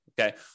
Okay